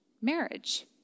marriage